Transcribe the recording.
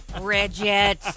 Bridget